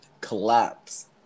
collapse